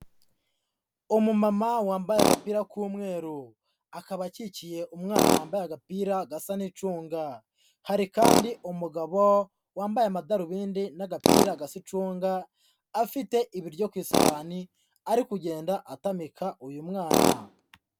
Umumama wambaye agapira k'umweru, akaba akikiye umwana wambaye agapira gasa n'icunga, hari kandi umugabo wambaye amadarubindi n'agapira gasa icunga, afite ibiryo ku isahani, ari kugenda atamika uyu mwana.